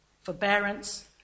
Forbearance